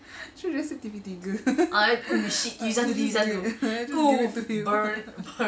you should just have said T_V tiga so